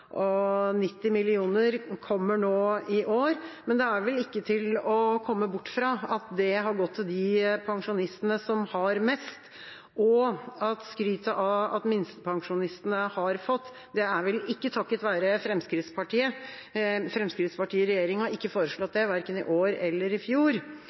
kommer nå i år. Men det er vel ikke til å komme bort fra at det har gått til de pensjonistene som har mest, og at skrytet av at minstepensjonistene har fått – det er ikke takket være Fremskrittspartiet. Fremskrittspartiet i regjering har ikke foreslått det verken i år eller i fjor.